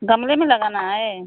गमले में लगाना है